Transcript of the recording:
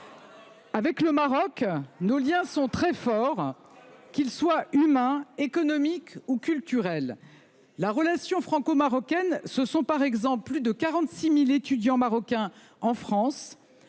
Avec le Maroc, nos liens, qu'ils soient humains, économiques ou culturels, sont très forts. La relation franco-marocaine, ce sont, par exemple, plus de 46 000 étudiants marocains en France,